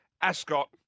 Ascot